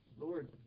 Lord